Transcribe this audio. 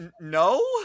no